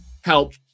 help